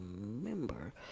remember